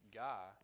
guy